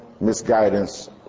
misguidance